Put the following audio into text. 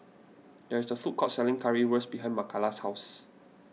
there is a food court selling Currywurst behind Makaila's house